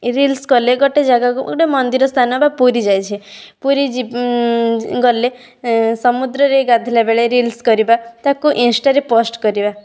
reels କଲେ ଗୋଟେ ଜାଗାକୁ ଗୋଟେ ମନ୍ଦିର ସ୍ଥାନ ବା ପୁରୀ ଯାଇଛେ ପୁରୀ ଯି ଗଲେ ସମୁଦ୍ରରେ ଗାଧେଇଲା ବେଳେ ରିଲ୍ସ କରିବା ତାକୁ ଇନଷ୍ଟାରେ ପୋଷ୍ଟ କରିବା